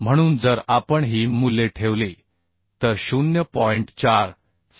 म्हणून जर आपण ही मूल्ये ठेवली तर 0